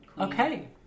okay